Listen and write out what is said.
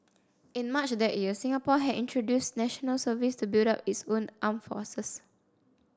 in March that year Singapore had introduced National Service to build up its own armed forces